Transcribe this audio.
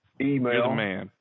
email